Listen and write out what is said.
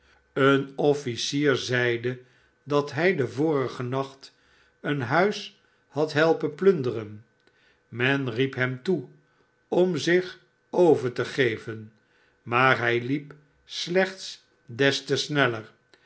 een officier zeide dat hij den vorigen nacht een huis had helpenplunderen men riep hem toe om zich over te geven maar hij liep slechts des te sneller